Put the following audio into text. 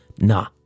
nah